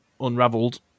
unraveled